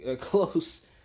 close